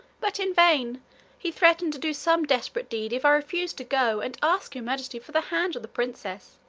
but in vain he threatened to do some desperate deed if i refused to go and ask your majesty for the hand of the princess.